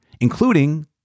including